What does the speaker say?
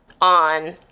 on